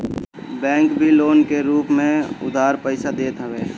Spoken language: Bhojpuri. बैंक भी लोन के रूप में उधार पईसा देत हवे